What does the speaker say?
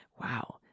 Wow